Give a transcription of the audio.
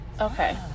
Okay